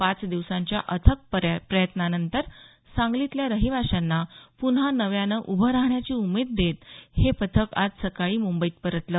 पाच दिवसांच्या अथक प्रयत्नांनंतर सांगलीतल्या रहिवाशांना पुन्हा नव्यानं उभं राहण्याची उमेद देत हे पथक आज सकाळी मुंबईत परतलं